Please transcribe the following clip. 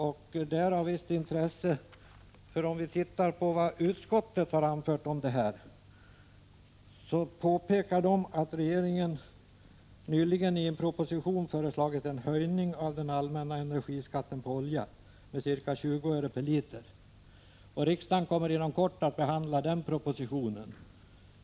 Det är av visst intresse, för utskottet anför i sin skrivning om detta: ”Regeringen har nyligen i en proposition föreslagit en höjning av den allmänna energiskatten på olja med ca 20 öre per liter, och riksdagen kommer inom kort att behandla den propositionen.